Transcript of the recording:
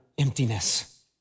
emptiness